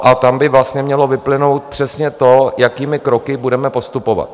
A tam by vlastně mělo vyplynout přesně to, jakými kroky budeme postupovat.